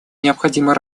необходимо